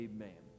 Amen